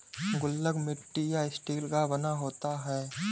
गुल्लक मिट्टी या स्टील का बना होता है